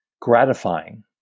gratifying